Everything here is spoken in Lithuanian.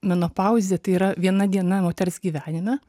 menopauzė tai yra viena diena moters gyvenime